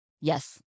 Yes